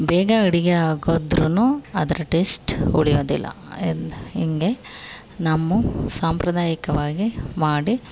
ಬೇಗ ಅಡುಗೆ ಆಗೋದ್ರೂ ಅದರ ಟೇಸ್ಟ್ ಉಳಿಯೋದಿಲ್ಲ ಇದು ಹೀಗೆ ನಮ್ಮ ಸಾಂಪ್ರದಾಯಿಕವಾಗಿ ಮಾಡಿ